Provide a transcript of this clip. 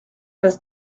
place